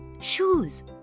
Shoes